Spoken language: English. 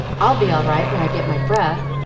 i'll be all right when i get my breath.